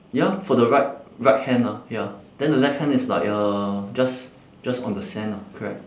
ya for the right right hand ah ya then the left hand is like uh just just on the sand ah correct